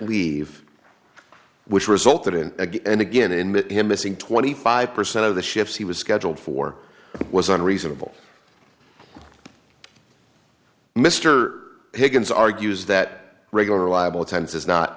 leave which resulted in again and again in him missing twenty five percent of the ships he was scheduled for was on reasonable mr higgins argues that regular liable tense is not